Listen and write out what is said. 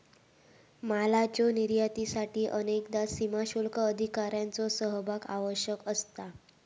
मालाच्यो निर्यातीसाठी अनेकदा सीमाशुल्क अधिकाऱ्यांचो सहभाग आवश्यक असता